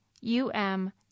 U-M